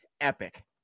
epic